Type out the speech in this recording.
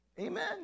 Amen